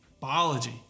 biology